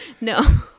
No